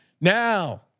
Now